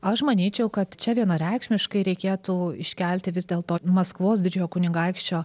aš manyčiau kad čia vienareikšmiškai reikėtų iškelti vis dėlto maskvos didžiojo kunigaikščio